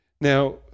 Now